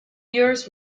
years